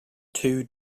two